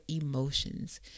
emotions